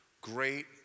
great